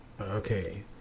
Okay